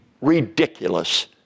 ridiculous